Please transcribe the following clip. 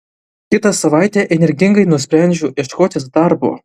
kitą savaitę energingai nusprendžiu ieškotis darbo